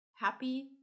happy